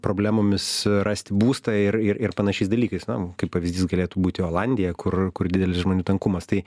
problemomis rasti būstą ir ir ir panašiais dalykais na kaip pavyzdys galėtų būti olandija kur kur didelis žmonių tankumas tai